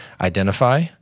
identify